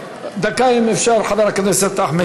דקה, אם אפשר, חבר הכנסת אחמד טיבי?